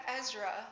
Ezra